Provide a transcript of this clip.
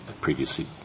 previously